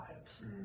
lives